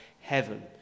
heaven